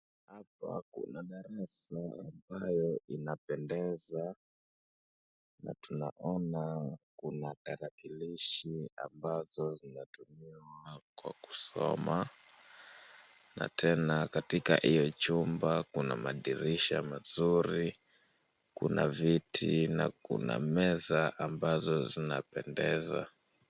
Hapa kuna darasa ambayo inapendeza na tunaona kuna tarakilishi ambavyo vinatumiwa kwa kusoma na tena katika hiyo chumba kuna madirisha mazuri, kuna viti na kuna meza ambazo zinapendeza.